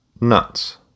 Nuts